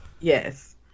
Yes